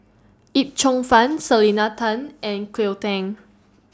Yip Cheong Fun Selena Tan and Cleo Thang